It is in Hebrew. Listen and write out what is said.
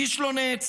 איש לא נעצר,